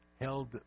held